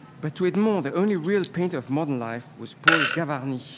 but to edmond, the only real painter of modern life was paul gavarni,